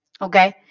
Okay